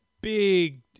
big